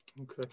Okay